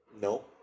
No